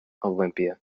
olympia